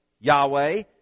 Yahweh